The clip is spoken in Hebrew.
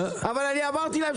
למה זה מחסל אבל,